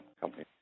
company